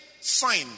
sign